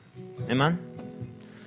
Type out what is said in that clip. amen